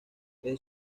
desde